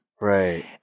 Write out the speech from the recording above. Right